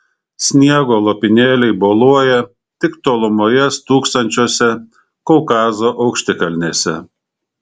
sniego lopinėliai boluoja tik tolumoje stūksančiose kaukazo aukštikalnėse